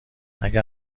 اگر